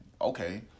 okay